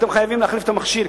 אתם חייבים להחליף את המכשיר,